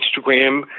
Instagram